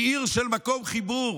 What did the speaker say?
היא עיר של מקום חיבור,